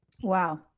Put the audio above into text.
Wow